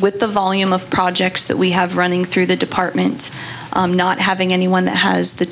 with the volume of projects that we have running through the department not having anyone that has the